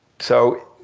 so,